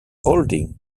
holding